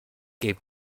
gave